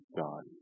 God